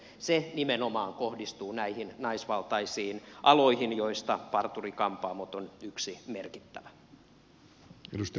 se nimenomaan kohdistuu näihin naisvaltaisiin aloihin joista parturi kampaamot ovat yksi merkittävä ala